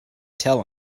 tell